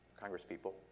congresspeople